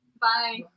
Bye